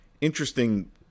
interesting